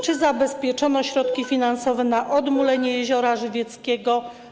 Czy zabezpieczono środki finansowe na odmulenie Jeziora Żywieckiego?